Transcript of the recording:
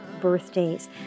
birthdays